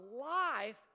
life